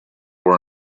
were